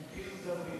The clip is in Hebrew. עיר דוד.